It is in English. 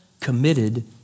committed